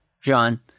John